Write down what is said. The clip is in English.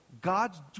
God's